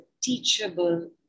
teachable